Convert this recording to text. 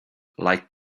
like